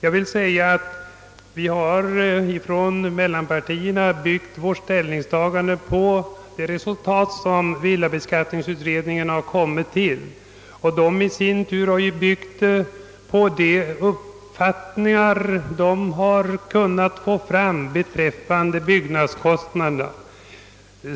Mittenpartierna har byggt sitt ställningstagande på det resultat villabeskattningsutredningen kommit fram till, vilket i sin tur bygger på de uppgifter utredningen kunnat få fram beträffande byggnadskostnaderna.